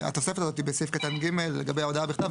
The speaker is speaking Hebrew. התוספת הזאת בסעיף קטן (ג) לגבי ההודעה בכתב היא